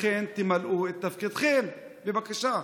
לכן, תמלאו את תפקידכם, בבקשה.